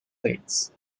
plates